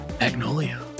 Magnolia